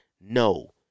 No